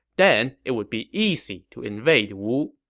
then it would be easy to invade wu.